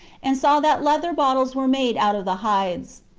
and saw that leather bottles were made out of the hides.